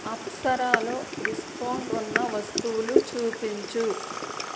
అప్సరాలో discount ఉన్న వస్తువులు చూపించు